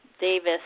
Davis